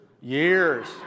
Years